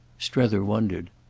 strether wondered.